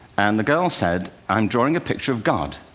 and the girl said, i'm drawing a picture of god.